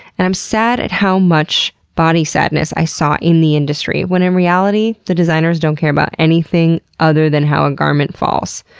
and i'm sad at how much body sadness i saw in the industry, when in reality the designers don't care about anything other than how a garment falls.